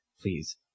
Please